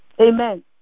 Amen